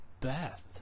Beth